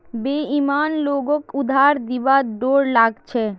बेईमान लोगक उधार दिबार डोर लाग छ